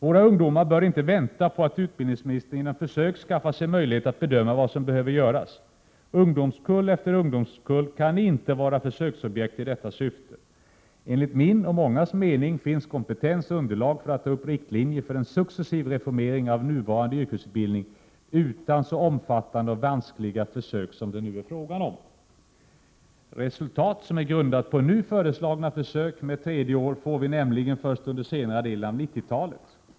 Våra ungdomar bör inte vänta på att utbildningsministern genom försök skaffar sig möjlighet att bedöma vad som behöver göras. Ungdomskull efter ungdomskull kan inte vara försöksobjekt i detta syfte. Enligt min och mångas mening finns kompetens och underlag för att dra upp riktlinjer för en successiv reformering av nuvarande yrkesutbildning utan så omfattande och vanskliga försök som det nu är fråga om. Resultat som är grundat på nu föreslagna försök med ett tredje år får vi nämligen först under senare delen av 90-talet.